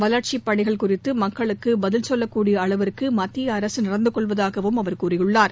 வளர்ச்சிப் பணிகள் குறித்து மக்களுக்கு பதில் சொல்லக்கூடிய அளவுக்கு மத்திய அரசு நடந்து கொள்வதாகவும் அவர் தெரிவித்தார்